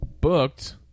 booked